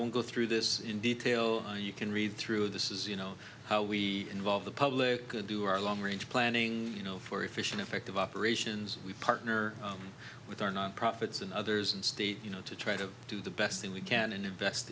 own go through this in detail you can read through this is you know how we involve the public good to our long range planning you know for efficient effective operations we partner with our non profits and others and state you know to try to do the best thing we can and invest